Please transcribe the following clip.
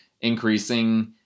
increasing